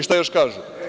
Šta još kažu?